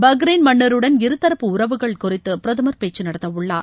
Bahrain மன்னருடனும் இருதரப்பு உறவுகள் குறித்து பிரதமர் பேச்சு நடத்தவுள்ளார்